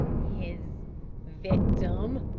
his victim,